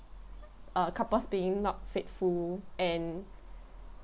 uh couples being been not faithful and